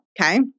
okay